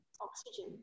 oxygen